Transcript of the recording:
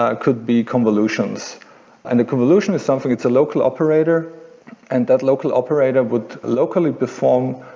ah could be convolutions and a convolution is something it's a local operator and that local operator would locally perform,